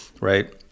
right